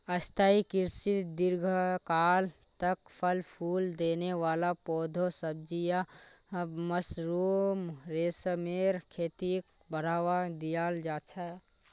स्थाई कृषित दीर्घकाल तक फल फूल देने वाला पौधे, सब्जियां, मशरूम, रेशमेर खेतीक बढ़ावा दियाल जा छे